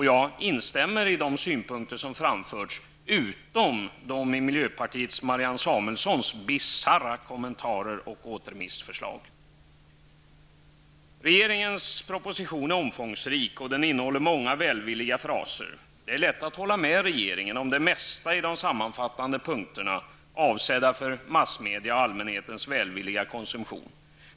Jag instämmer i de synpunkter som framförts, utom i miljöpartiets Marianne Samuelssons bisarra kommentarer och återremissförslag. Regeringens proposition är omfångsrik, och den innehåller många välvilliga fraser. Det är lätt att hålla med regeringen om det mesta i de sammanfattande punkterna, avsedda för massmedia och allmänhetens välvilliga konsumtion.